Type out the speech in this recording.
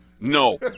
no